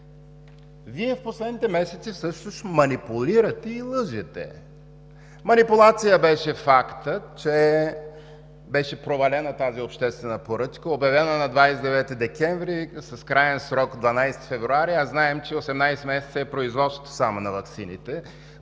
В последните месеци Вие всъщност манипулирате и лъжете. Манипулация беше фактът, че беше провалена тази обществена поръчка, обявена на 29 декември с краен срок 12 февруари, а знаем, че 18 месеца е само производството на ваксините.